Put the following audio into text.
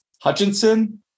Hutchinson